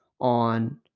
on